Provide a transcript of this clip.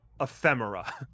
ephemera